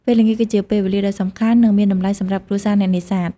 ពេលល្ងាចគឺជាពេលវេលាដ៏សំខាន់ និងមានតម្លៃសម្រាប់គ្រួសារអ្នកនេសាទ។